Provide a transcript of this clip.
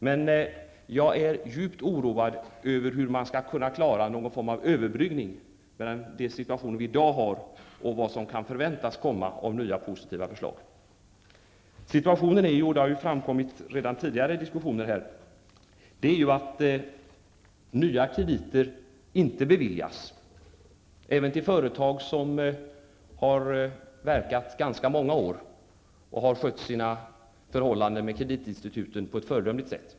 Men jag är djupt oroad över hur man skall kunna klara någon form av överbryggning mellan dagens situation och den situation som kan förväntas uppkomma som en följd av nya positiva förslag. Det har redan framkommit tidigare i diskussionen att situationen i dag är att nya krediter inte beviljas, inte ens till de företag som har verkat under ganska många år och som har skött sina förhållanden med kreditinstituten på ett föredömligt sätt.